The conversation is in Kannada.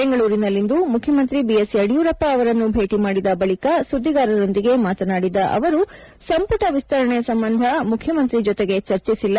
ಬೆಂಗಳೂರಿನಲ್ಲಿಂದು ಮುಖ್ಯಮಂತ್ರಿ ಬಿಎಸ್ ಯಡಿಯೂರಪ್ಪ ಅವರನ್ನು ಭೇಟಿ ಮಾಡಿದ ಬಳಿಕ ಸುದ್ದಿಗಾರರೊಂದಿಗೆ ಮಾತನಾಡಿದ ಅವರು ಸಂಪುಟ ವಿಸ್ತರಣೆ ಸಂಬಂಧ ಮುಖ್ಯಮಂತ್ರಿ ಜೊತೆಗೆ ಚರ್ಚಿಸಿಲ್ಲ